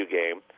game